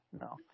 no